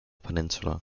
peninsula